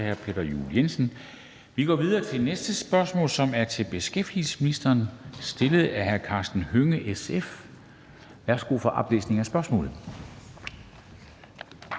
hr. Peter Juel-Jensen. Vi går videre til næste spørgsmål, som er til beskæftigelsesministeren stillet af hr. Karsten Hønge, SF. Kl. 13:54 Spm.